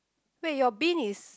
wait your bin is